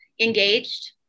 Engaged